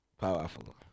Powerful